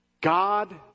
God